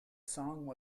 song